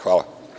Hvala.